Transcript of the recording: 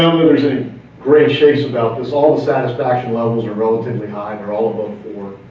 great chase about this, all the satisfaction levels are relatively high. they're all above four.